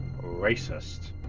Racist